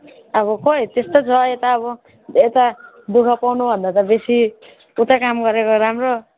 अब खोई त्यस्तो छ यता अब यता दुःख पाउनुभन्दा त बेसी उतै काम गरेको राम्रो